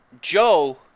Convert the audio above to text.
Joe –